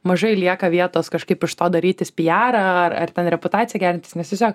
mažai lieka vietos kažkaip iš to darytis pijarą ar ar ten reputaciją gerintis nes tiesiog